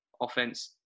offense